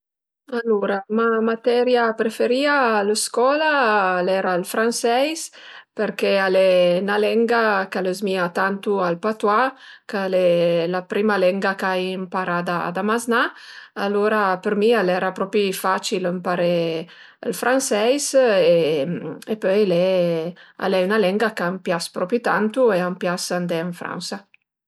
Alura ma materia preferìa a scola al era ël franseis përché al e 'na lenga ch'al ëzmìa tantu al patouà ch'al e la prima lenga ch'ai ëmparà da maznà, alura per mi al era propi facil ëmparé ël fransesi e pöi le al e 'na lenga ch'a m'pias propi tantu e a m'pias andé ën Fransa